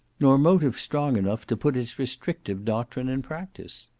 nor motive strong enough to put its restrictive doctrine in practice.